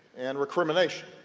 and recrimination.